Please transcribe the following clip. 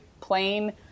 plain